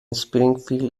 springfield